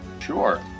Sure